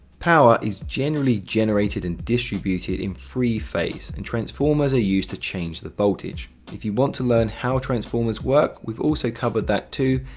power is generally generated and distributed in three phase, and transformers are used to change the voltage. if you want to learn how transformers work, we've also covered that too.